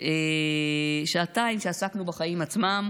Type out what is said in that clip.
שבהן עסקנו בחיים עצמם,